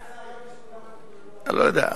אולי זה היום, אני לא יודע.